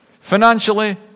financially